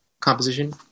composition